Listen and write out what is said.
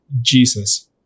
Jesus